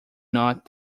not